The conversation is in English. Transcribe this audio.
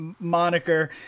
moniker